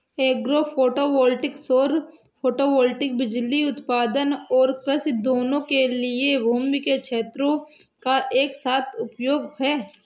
agro photovoltaic सौर photovoltaic बिजली उत्पादन और कृषि दोनों के लिए भूमि के क्षेत्रों का एक साथ उपयोग है